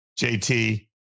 JT